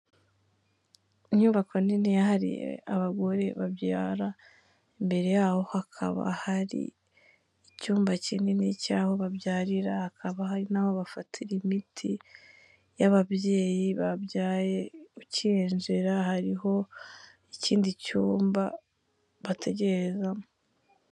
Inyubako nini yahariye abagore babyara, imbere yaho hakaba hari icyumba kinini cy'aho babyarira, bhakaba hari n'aho bafatira imiti y'ababyeyi babyaye, ukinjira hariho ikindi cyumba bategerezamo.